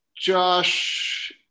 Josh